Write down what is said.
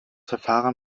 verfahren